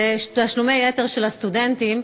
תשלומי יתר של הסטודנטים,